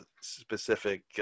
specific